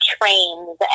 trains